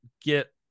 get